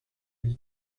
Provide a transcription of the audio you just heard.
une